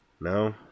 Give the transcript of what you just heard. No